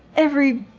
every.